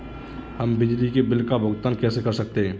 हम बिजली के बिल का भुगतान कैसे कर सकते हैं?